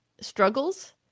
struggles